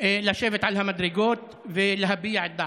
לשבת על המדרגות ולהביע את דעתם.